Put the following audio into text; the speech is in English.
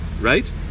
right